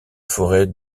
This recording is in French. forêt